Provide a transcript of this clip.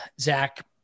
Zach